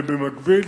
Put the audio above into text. ובמקביל,